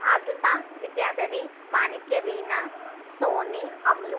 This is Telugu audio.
అద్విత విద్యాధరి మాణిక్య వీణ సోని అమ్ములు